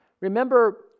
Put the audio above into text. Remember